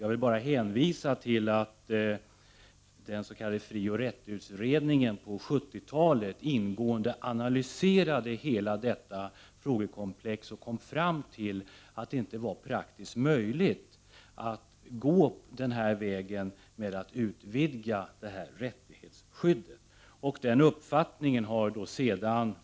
Jag vill bara hänvisa till att den s.k. frioch rättighetsutredningen på 1970-talet ingående analyserade hela detta frågekomplex och kom fram till att det inte var praktiskt möjligt att utvidga detta rättighetsskydd.